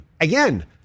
Again